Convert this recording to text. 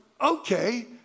okay